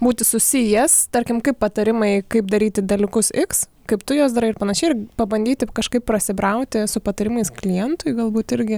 būti susijęs tarkim kaip patarimai kaip daryti dalykus x kaip tu juos darai ir panašiai ir pabandyti kažkaip prasibrauti su patarimais klientui galbūt irgi